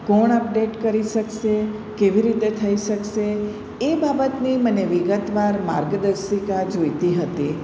કોણ અપડેટ કરી શકશે કેવી રીતે થઈ શકશે એ બાબતની મને વિગતવાર માર્ગદર્શિકા જોઈતી હતી